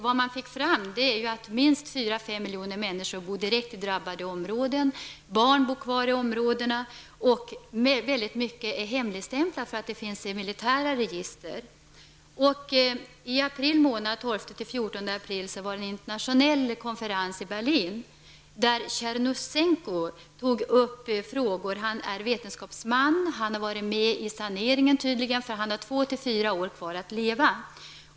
Det man fick fram var att minst 4--5 miljoner människor bor i direkt drabbade områden, att barn bor kvar i områdena och att väldigt mycket är hemligstämplat, eftersom det finns i militära register. Den 12--14 april var det en internationell konferens i Berlin där Tjernusenko, som är vetenskapsman, tog upp frågor. Han har tydligen varit med vid saneringen för han har två--fyra år kvar att leva.